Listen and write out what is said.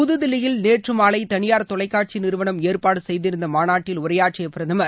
புதுதில்லியில் நேற்று மாலை தனியார் தொலைக்காட்சி நிறுவனம் ஏற்பாடு செய்திருந்த மாநாட்டில் உரையாற்றிய பிரதமர்